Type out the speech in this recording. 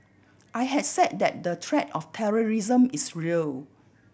I had said that the threat of terrorism is real